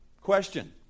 Question